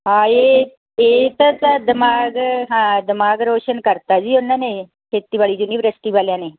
ਹਾਂ ਇਹ ਇਹਦਾ ਤਾਂ ਦਿਮਾਗ ਹਾਂ ਦਿਮਾਗ ਰੌਸ਼ਨ ਕਰਤਾ ਜੀ ਉਹਨਾਂ ਨੇ ਖੇਤੀਬਾੜੀ ਯੂਨੀਵਰਸਿਟੀ ਵਾਲਿਆਂ ਨੇ